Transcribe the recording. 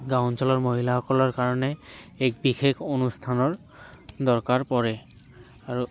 গাঁও অঞ্চলৰ মহিলা সকলৰ কাৰণে এক বিশেষ অনুষ্ঠানৰ দৰকাৰ পৰে আৰু